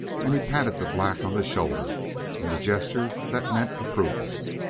and he patted the black on the shoulder in the gesture that meant approval.